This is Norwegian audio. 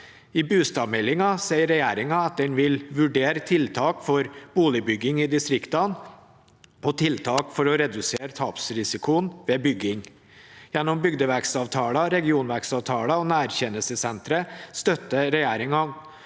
I Bustadmeldinga sier regjeringen at den vil vurdere tiltak for boligbygging i distriktene og tiltak for å redusere tapsrisikoen ved bygging. Gjennom bygdevekstavtaler, regionvekstavtaler og nærtjenestesentre støtter regjeringen